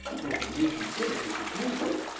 he can reconsider his refusal.